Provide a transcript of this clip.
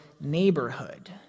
neighborhood